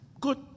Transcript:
Good